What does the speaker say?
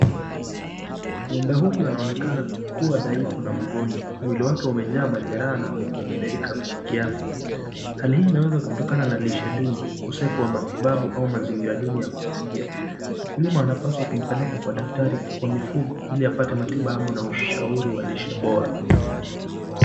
Ng'ombe huyu anaonekana kuwa dhaifu na mgonjwa, mwili wake umejaa majeraa na ameadhirika kiafya. Hali hii inaweza kutokana na lishe duni, ukosefu wa matibabu au maziringira duni ya kufungia . Mkulima anapaswa kumpeleka kwa dakitari wa mifungo, ili apate matibabu na ushauri wa lishe bora .